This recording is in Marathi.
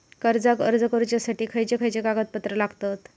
कर्जाक अर्ज करुच्यासाठी खयचे खयचे कागदपत्र लागतत